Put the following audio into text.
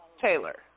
Taylor